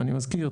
אני מזכיר,